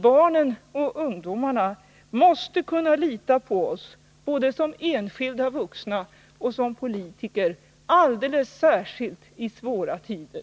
Barnen och ungdomarna måste kunna lita på oss, både som enskilda vuxna och som politiker, alldeles särskilt i svåra tider.